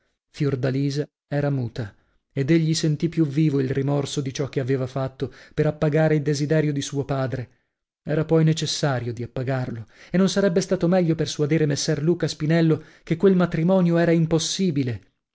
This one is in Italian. fiordalisa era muta ed egli sentì più vivo il rimorso di ciò che aveva fatto per appagare il desiderio di suo padre era poi necessario di appagarlo e non sarebbe stalo meglio persuadere messer luca spinello che quel matrimonio era impossibile